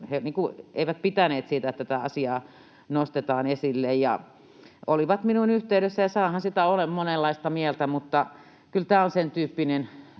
He eivät pitäneet siitä, että tätä asiaa nostetaan esille, ja olivat minuun yhteydessä, ja saahan sitä olla monenlaista mieltä, mutta kyllä tämä on sen tyyppinen